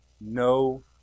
no